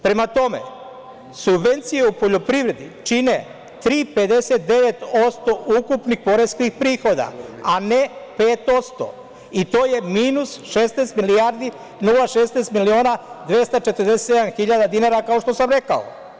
Prema tome, subvencije u poljoprivredi čine 3,59% ukupnih poreskih prihoda a ne 5% i to je minus 16.016.247.000 dinara, kao što sam rekao.